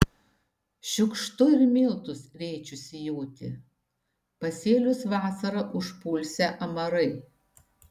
šiukštu ir miltus rėčiu sijoti pasėlius vasarą užpulsią amarai